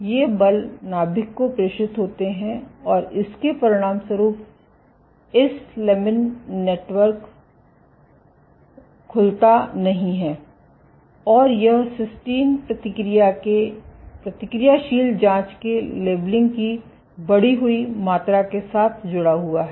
ये बल नाभिक को प्रेषित होते हैं और इसके परिणामस्वरूप इस लमिन नेटवर्क खुलता नहीं है और यह सिस्टीन प्रतिक्रियाशील जांच के लेबलिंग की बढ़ी हुई मात्रा के साथ जुड़ा हुआ है